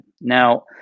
Now